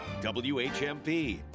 WHMP